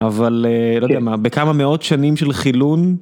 אבל לא יודע מה, בכמה מאות שנים של חילון...